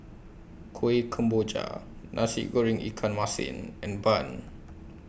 Kuih Kemboja Nasi Goreng Ikan Masin and Bun